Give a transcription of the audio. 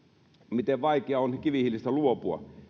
miten vaikea on kivihiilestä luopua